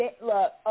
look